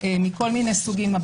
מכל מיני סוגים,